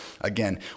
again